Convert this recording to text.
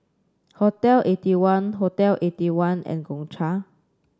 Hotel Eighty One Hotel Eighty one and Gongcha